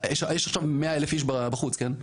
יש עכשיו 100 אלף איש בחוץ כן.